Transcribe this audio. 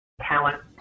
talent